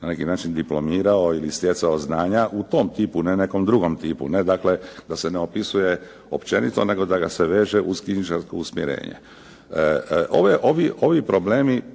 na neki način diplomirao ili stjecao znanja u tom tipu, ne nekom drugom tipu. Ne dakle da se ne opisuje općenito, nego da ga se veže uz knjižničarsko usmjerenje. Ovi problemi